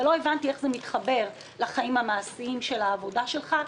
אבל לא הבנתי איך זה מתחבר לחיים המעשיים של העבודה שלך,